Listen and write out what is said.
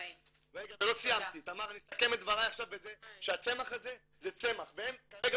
אני אסכם את דבריי עכשיו בזה שהצמח הזה זה צמח והם כרגע